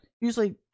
usually